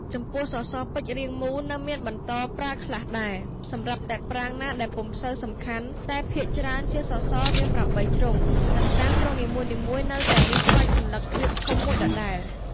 ចំពោះសសរពេជ្ររាងមូលនៅមានបន្តប្រើខ្លះដែរ សម្រាប់តែប្រាង្គណាដែលពុំសូវសំខាន់តែភាគច្រើនជាសសររាង ៨ ជ្រុង និងតាមជ្រុងនីមួយៗនៅតែមានក្បាច់សន្លឹកលាតធំមួយដដែល។